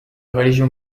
religion